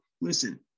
listen